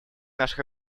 наших